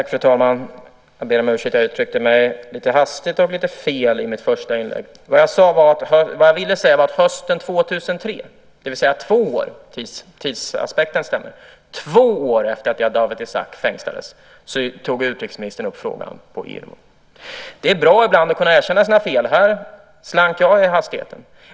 Fru talman! Jag ber om ursäkt att jag uttryckte mig lite förhastat och lite fel i mitt första inlägg. Det jag ville säga var att hösten 2003, det vill säga två år efter att Dawit Isaak fängslades - tidsaspekten stämmer alltså - tog utrikesministern upp frågan på EU-nivå. Ibland är det bra att kunna erkänna sina fel. Här slant jag i hastigheten.